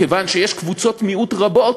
מכיוון שיש קבוצות מיעוט רבות,